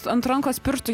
ant rankos pirštų